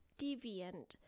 Deviant